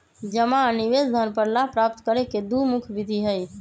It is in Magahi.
जमा आ निवेश धन पर लाभ प्राप्त करे के दु मुख्य विधि हइ